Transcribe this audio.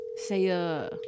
Say